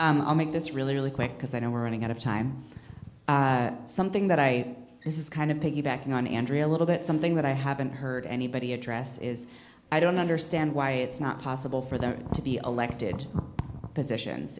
reasonable i'll make this really really quick because i know we're running out of time something that i this is kind of piggybacking on andrea a little bit something that i haven't heard anybody address is i don't understand why it's not possible for them to be elected positions